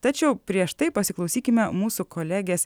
tačiau prieš tai pasiklausykime mūsų kolegės